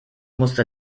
musste